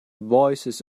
voices